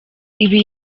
ibi